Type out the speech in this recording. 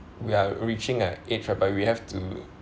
we are reaching our age whereby we have to